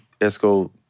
Esco